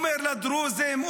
אומר לדרוזים,